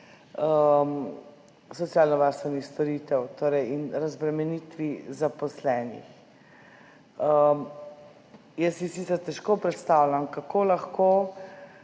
socialnovarstvenih storitev in razbremenitvi zaposlenih. Jaz si sicer težko predstavljam, kako lahko